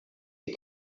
est